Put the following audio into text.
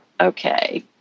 okay